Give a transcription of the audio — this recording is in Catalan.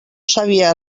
sabia